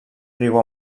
riu